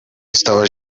estava